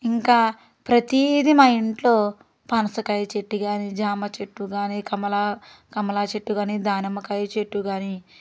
ఇంకా ప్రతిది మా ఇంట్లో పనసకాయ చెట్టు కానీ జామ చెట్టు కానీ కమలా కమలా చెట్టు కానీ దానిమ్మకాయ చెట్టు కానీ